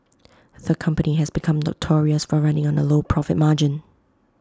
the company has become notorious for running on A low profit margin